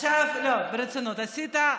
עכשיו ברצינות, אתה,